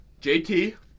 JT